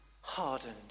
hardened